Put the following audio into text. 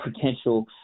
potential